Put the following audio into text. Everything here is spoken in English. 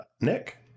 Nick